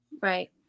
Right